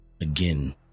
again